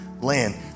land